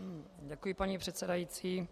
Děkuji, paní předsedající.